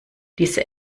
diese